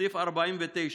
סעיף 49: